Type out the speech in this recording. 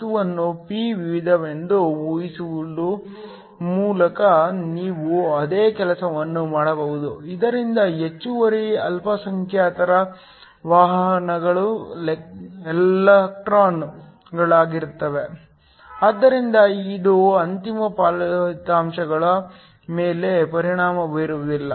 ವಸ್ತುವನ್ನು p ವಿಧವೆಂದು ಊಹಿಸುವ ಮೂಲಕ ನೀವು ಅದೇ ಕೆಲಸವನ್ನು ಮಾಡಬಹುದು ಇದರಿಂದ ಹೆಚ್ಚುವರಿ ಅಲ್ಪಸಂಖ್ಯಾತರ ವಾಹಕಗಳು ಎಲೆಕ್ಟ್ರಾನ್ಗಳಾಗಿರುತ್ತವೆ ಆದರೆ ಇದು ಅಂತಿಮ ಫಲಿತಾಂಶಗಳ ಮೇಲೆ ಪರಿಣಾಮ ಬೀರುವುದಿಲ್ಲ